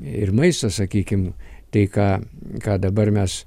ir maistas sakykim tai ką ką dabar mes